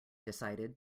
decided